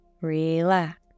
relax